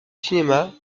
cinema